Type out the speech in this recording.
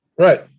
Right